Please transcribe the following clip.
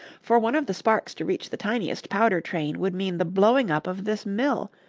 for one of the sparks to reach the tiniest powder train would mean the blowing up of this mill,